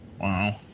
Wow